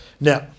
Now